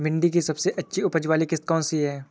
भिंडी की सबसे अच्छी उपज वाली किश्त कौन सी है?